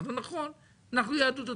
אמרתי לו נכון, אנחנו יהדות התורה,